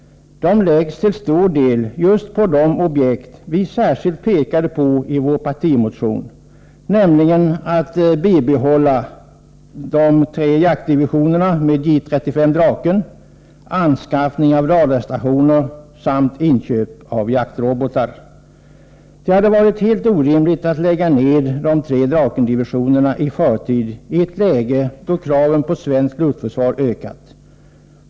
De läggs till stor del just på de objekt vi särskilt pekade på i vår partimotion, nämligen ett bibehållande av tre jaktdivisioner med J 35 Draken, anskaffning av radarstationer samt inköp av jaktrobotar. Det hade varit helt orimligt att lägga ned de tre Drakendivisionerna i förtid i ett läge då kraven på svenskt luftförsvar ökat.